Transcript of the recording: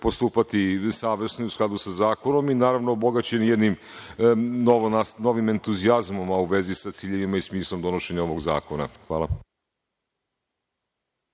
postupati savesno i u skladu sa zakonom i naravno, obogaćeni jednim novim entuzijazmom, a u vezi sa ciljevima i smislom donošenja ovog zakona. Hvala.